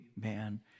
man